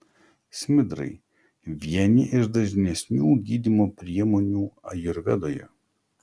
smidrai vieni iš dažnesnių gydymo priemonių ajurvedoje